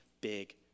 big